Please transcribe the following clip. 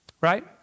right